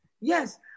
Yes